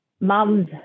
mum's